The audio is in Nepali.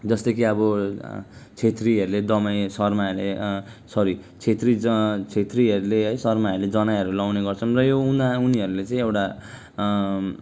जस्तै कि अब क्षेत्रीहरूले दमाई शर्माहरूले सरी क्षेत्री क्षेत्रीहरूले है शर्माहरूले जनैहरू लगाउने गर्छन् र यो उनी उनीहरूले चाहिँ एउटा